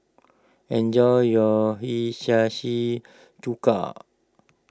enjoy your Hiyashi Chuka